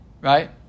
right